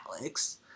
Alex